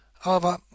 However—